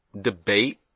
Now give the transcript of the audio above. debate